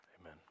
amen